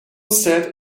said